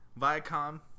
Viacom